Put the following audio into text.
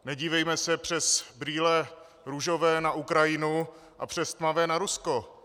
Nedívejme se přes brýle růžové na Ukrajinu a přes tmavé na Rusko.